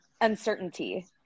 uncertainty